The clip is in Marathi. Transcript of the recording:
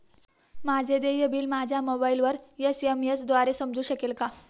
माझे देय बिल मला मोबाइलवर एस.एम.एस द्वारे समजू शकेल का?